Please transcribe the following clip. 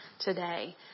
today